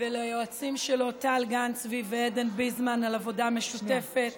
וליועצים שלו טל גן-צבי ועדן ביזמן על העבודה המשותפת,